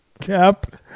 Cap